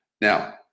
Now